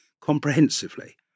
comprehensively